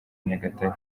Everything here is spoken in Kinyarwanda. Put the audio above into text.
nyagatare